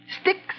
Sticks